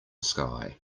sky